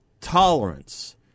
tolerance